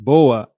Boa